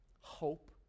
hope